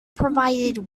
provided